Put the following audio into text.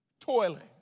toiling